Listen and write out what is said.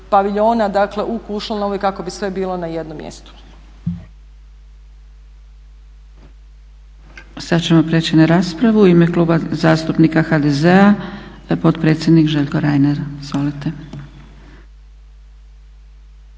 dakle u Kušlanovoj kako bi sve bilo na jednom mjestu.